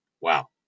Wow